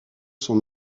son